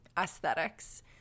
aesthetics